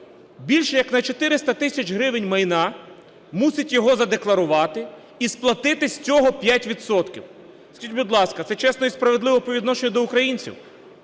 більше як на 400 тисяч гривень майна, мусить його задекларувати і сплатити з цього 5 відсотків. Скажіть, будь ласка, це чесно і справедливо по відношенню до українців?